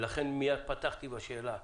ולכן מיד פתחתי בשאלה,